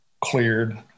cleared